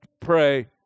pray